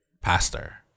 pastor